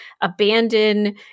abandon